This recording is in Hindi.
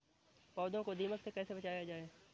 पौधों को दीमक से कैसे बचाया जाय?